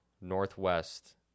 northwest